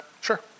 Sure